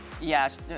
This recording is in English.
Yes